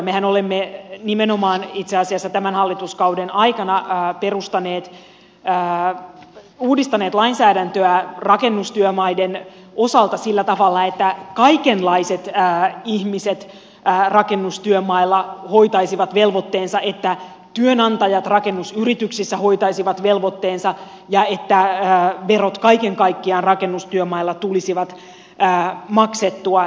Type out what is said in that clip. mehän olemme nimenomaan itse asiassa tämän hallituskauden aikana uudistaneet lainsäädäntöä rakennustyömaiden osalta sillä tavalla että kaikenlaiset ihmiset rakennustyömailla hoitaisivat velvoitteensa että työnantajat rakennusyrityksissä hoitaisivat velvoitteensa ja että verot kaiken kaikkiaan rakennustyömailla tulisivat maksettua